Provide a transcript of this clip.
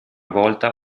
volta